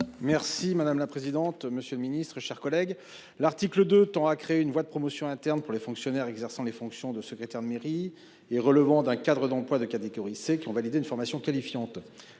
Merci madame la présidente. Monsieur le Ministre, chers collègues. L'article de tend à créer une voie de promotion interne pour les fonctionnaires exerçant les fonctions de secrétaire de mairie et relevant d'un cadre d'emploi de catégorie C qui ont validé une formation qualifiante.